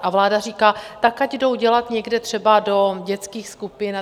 A vláda říká: Tak ať jdou dělat někde třeba do dětských skupin.